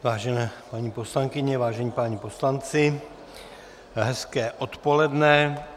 Vážené paní poslankyně, vážení páni poslanci, hezké odpoledne.